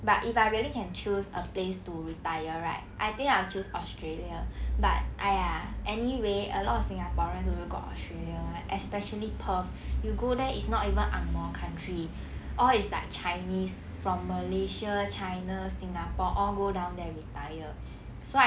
but if I really can choose a place to retire right I think I will choose australia but !aiya! anyway a lot of singaporeans also go australia [one] especially perth you go there it's not even angmoh country all it's like chinese from malaysia china singapore all go down there retire so